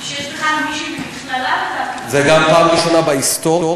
הפעם הראשונה בכלל